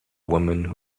woman